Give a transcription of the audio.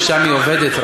שרק שם היא עובדת,